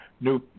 new